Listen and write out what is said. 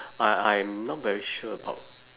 I I'm not very sure about